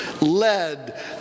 led